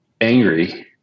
angry